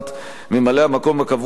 ממלא-המקום הקבוע יוכל,